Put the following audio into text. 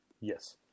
Yes